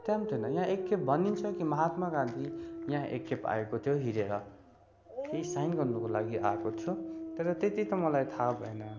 त्यहाँ पनि थिएन यहाँ एकखेप भनिन्छ कि महात्मा गान्धी यहाँ एकखेप आएको थियो हिँडेर केही साइन गर्नुको लागि आएको थियो तर त्यति त मलाई थाहा भएन